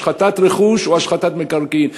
השחתת רכוש או השחתת מקרקעין.